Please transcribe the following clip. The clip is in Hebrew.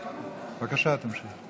בבקשה, תמשיך.